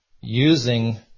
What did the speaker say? using